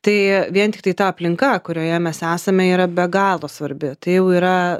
tai vien tiktai ta aplinka kurioje mes esame yra be galo svarbi tai jau yra